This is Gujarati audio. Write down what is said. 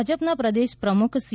ભાજપ ના પ્રદેશ પ્રમુખ સી